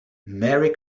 merry